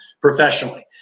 professionally